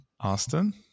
Austin